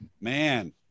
man